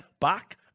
back